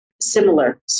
similar